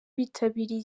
bitabiriye